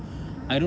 (uh huh)